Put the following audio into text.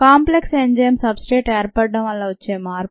complex enzyme substrate ఏర్పడటం వల్ల వచ్చే మార్పు